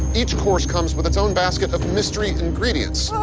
each course comes with its own basket of mystery ingredients